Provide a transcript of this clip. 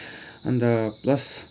अन्त प्लस